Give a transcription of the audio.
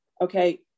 Okay